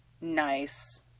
nice